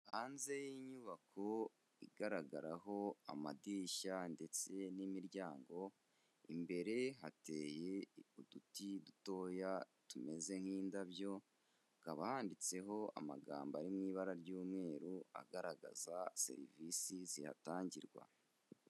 Hanze y'inyubako igaragaraho amadirishya ndetse n'imiryango, imbere hateye uduti dutoya tumeze nk'indabyo, hakaba handitseho amagambo ari mu ibara ry'umweru agaragaza serivisi zihatangirwa.